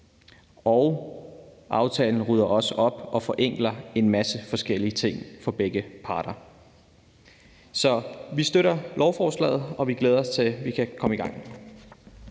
dag. Aftalen rydder også op og forenkler en masse forskellige ting for begge parter. Så vi støtter lovforslaget, og vi glæder os til, at vi kan komme i gang.